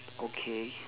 okay